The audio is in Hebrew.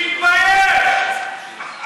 תתבייש.